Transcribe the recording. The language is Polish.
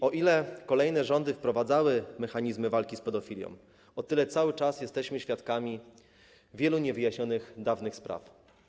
o ile kolejne rządy wprowadzały mechanizmy walki z pedofilią, o tyle cały czas jesteśmy świadkami wielu niewyjaśnionych dawnych spraw.